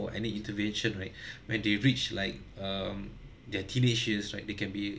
for any intervention right when they reach like um their teenage years right they can be